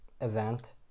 event